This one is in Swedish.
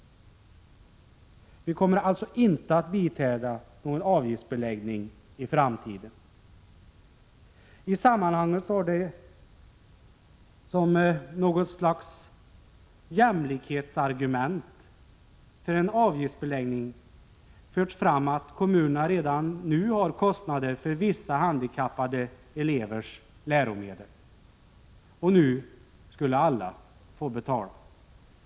Vi kommer alltså inte att biträda någon avgiftsbeläggning i framtiden. I sammanhanget har det som något slags jämlikhetsargument för en avgiftsbeläggning förts fram att kommunerna redan nu har kostnader för vissa handikappade elevers läromedel — och nu skulle alla få betala.